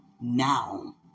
now